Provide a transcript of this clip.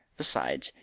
besides,